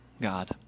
God